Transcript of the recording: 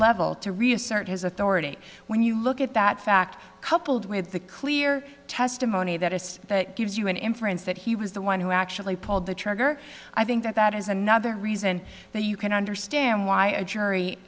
level to reassert his authority when you look at that fact coupled with the clear testimony that is that gives you an inference that he was the one who actually pulled the trigger i think that that is another reason that you can understand why a jury